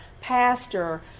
pastor